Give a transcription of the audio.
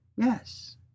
Yes